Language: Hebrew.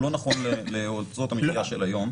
הוא לא נכון להוצאות המחיה של היום.